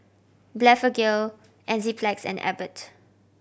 Blephagel Enzyplex and Abbott